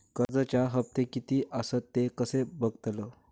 कर्जच्या हप्ते किती आसत ते कसे बगतलव?